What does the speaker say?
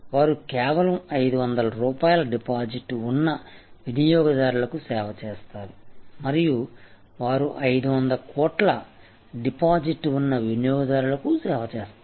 వారు కేవలం 500 రూపాయల డిపాజిట్ ఉన్న వినియోగదారులకు సేవ చేస్తారు మరియు వారు 500 కోట్ల డిపాజిట్ ఉన్న వినియోగదారులకు సేవ చేస్తారు